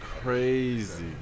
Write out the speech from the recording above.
crazy